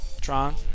Tron